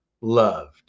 loved